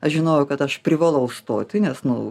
aš žinojau kad aš privalau stoti nes nu